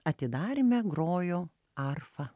atidaryme grojo arfa